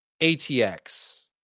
ATX